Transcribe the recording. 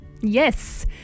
Yes